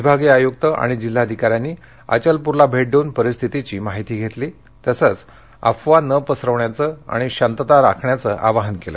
विभागीय आयुक्त आणि जिल्हाधिका यांनी अचलपूरला भेट देऊन परिस्थितीची माहिती घेतली तसंच अफवा न पसरवण्याचं शांतता आवाहन केलं